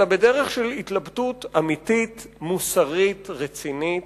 אלא בדרך של התלבטות אמיתית מוסרית רצינית,